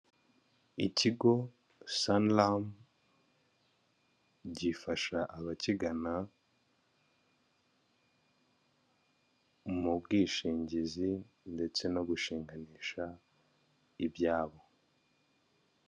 Ikigo saniramu gifasha abakigana mu bwishingizi ndetse no gushinganisha ibyabo.